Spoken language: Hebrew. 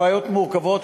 הבעיות מורכבות.